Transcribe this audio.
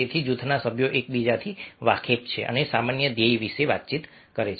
તેથી જૂથના સભ્યો એકબીજાથી વાકેફ છે અને સામાન્ય ધ્યેય વિશે વાતચીત કરે છે